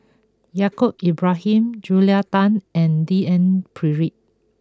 Yaacob Ibrahim Julia Tan and D N Pritt